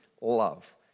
love